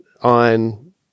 on